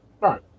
Right